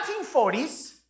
1940s